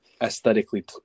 aesthetically